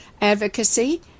advocacy